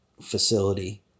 facility